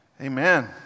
Amen